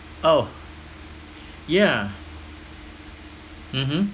oh yeah mmhmm